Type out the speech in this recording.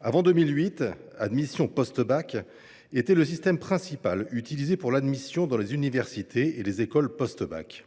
Avant 2018, le dispositif APB était le système principal pour l’admission dans les universités et les écoles post bac.